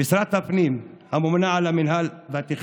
ואל שרת הפנים, הממונה על המינהל והתכנון,